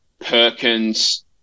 Perkins